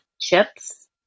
chips